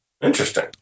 Interesting